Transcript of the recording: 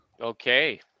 Okay